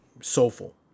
soulful